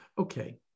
Okay